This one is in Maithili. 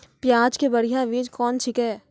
प्याज के बढ़िया बीज कौन छिकै?